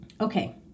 Okay